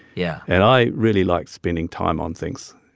yeah and i really like spending time on things,